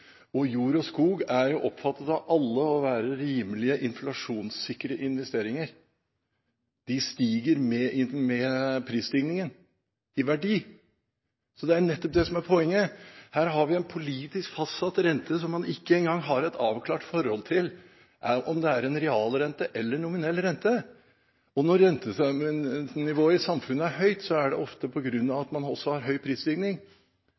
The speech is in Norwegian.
prisstigning. Jord og skog er oppfattet av alle som å være rimelig inflasjonssikre investeringer, de stiger med prisstigningen i verdi. Det er nettopp det som er poenget. Her har vi en politisk fastsatt rente som man ikke engang har et avklart forhold til om er en realrente eller nominell rente. Når rentenivået i samfunnet er høyt, er det ofte på grunn av at man også har høy prisstigning.